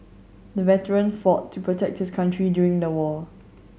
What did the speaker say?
the veteran fought to protect his country during the war